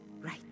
right